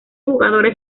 jugadores